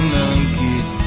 monkeys